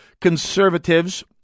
Conservatives